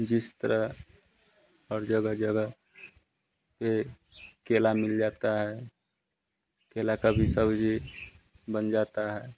जिस तरह हर जगह जब यह केला मिल जाता है केले के भी सब्ज़ी बन जाती है